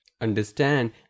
Understand